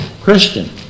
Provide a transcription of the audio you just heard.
Christian